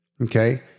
Okay